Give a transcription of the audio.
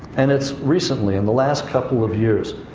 and it's recently, in the last couple of years.